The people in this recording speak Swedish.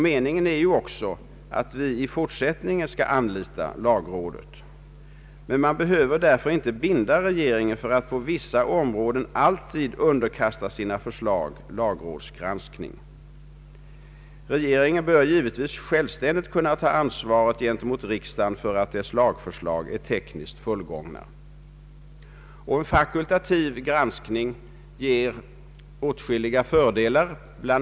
Meningen är också att vi i fortsättningen skall anlita lagrådet, men man behöver därför inte binda regeringen vid att på vissa områden alltid underkasta sina förslag lagrådsgranskning. Regeringen bör givetvis självständigt kunna ta ansvaret gentemot riksdagen för att dess lagförslag är tekniskt fullgångna. En fakultativ granskning ger åtskilliga fördelar. Bl.